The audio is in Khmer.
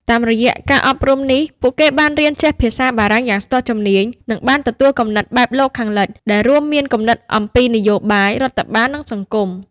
តាមរយៈការអប់រំនេះ ពួកគេបានរៀនចេះភាសាបារាំងយ៉ាងស្ទាត់ជំនាញ និងបានទទួលគំនិតបែបលោកខាងលិច ដែលរួមមានគំនិតអំពីនយោបាយ រដ្ឋបាល និងសង្គម។